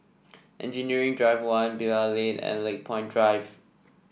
Engineering Drive One Bilal Lane and Lakepoint Drive